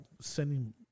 Sending